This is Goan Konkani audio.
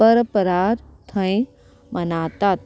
परपरार थंय मनातात